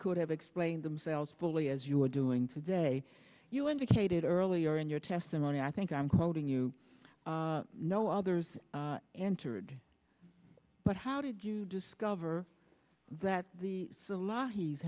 could have explained themselves fully as you were doing today you indicated earlier in your testimony i think i'm quoting you know others entered but how did you discover that the the